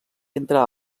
entre